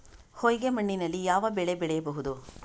ಹೊಯ್ಗೆ ಮಣ್ಣಿನಲ್ಲಿ ಯಾವ ಬೆಳೆ ಬೆಳೆಯಬಹುದು?